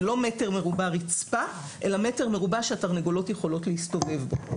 זה לא מטר מרובע רצפה אלא מטר מרובע שהתרנגולות יכולות להסתובב בו.